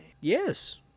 Yes